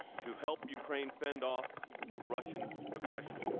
to help ukraine fend off russian aggression.